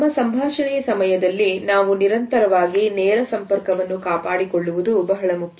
ನಮ್ಮ ಸಂಭಾಷಣೆಯ ಸಮಯದಲ್ಲಿ ನಾವು ನಿರಂತರವಾಗಿ ನೇರ ಸಂಪರ್ಕವನ್ನು ಕಾಪಾಡಿಕೊಳ್ಳುವುದು ಬಹಳ ಮುಖ್ಯ